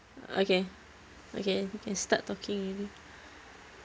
okay okay can start talking already